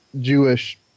Jewish